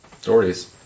stories